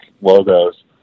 logos